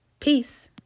Peace